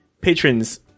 Patrons